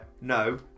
No